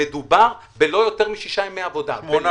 מדובר בלא יותר משישה ימי עבודה -- שמונה.